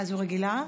זו רגילה?